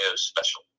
special